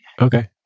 Okay